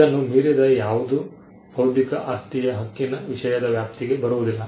ಇದನ್ನು ಮೀರಿದ ಯಾವುದೂ ಬೌದ್ಧಿಕ ಆಸ್ತಿಯ ಹಕ್ಕಿನ ವಿಷಯದ ವ್ಯಾಪ್ತಿಗೆ ಬರುವುದಿಲ್ಲ